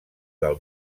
del